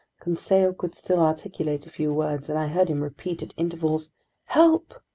conseil could still articulate a few words, and i heard him repeat at intervals help!